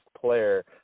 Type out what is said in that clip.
player